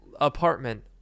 apartment